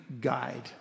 guide